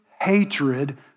hatred